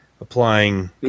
applying